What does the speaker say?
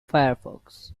firefox